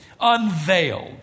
unveiled